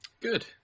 Good